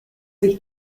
sich